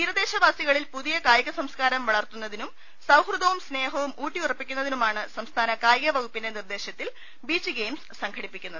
തീരദേശവാസി കളിൽ പുതിയ കായിക സംസ്കാരം വളർത്തുന്നതിനും സൌഹൃദവും സ്നേഹവും ഊട്ടിഉറപ്പിക്കുന്നതിനുമാണ് സംസ്ഥാന കായിക വകുപ്പിന്റെ നിർദ്ദേശത്തിൽ ബീച്ച് ഗെയിംസ് സംഘടിപ്പിക്കുന്നത്